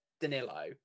Danilo